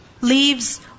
leaves